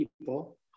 people